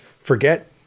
forget